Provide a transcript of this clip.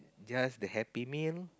just the happy meal